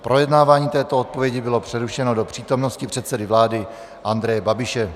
Projednávání této odpovědi bylo přerušeno do přítomnosti předsedy vlády Andreje Babiše.